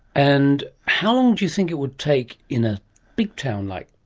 and how long do you think it would take in a big town like,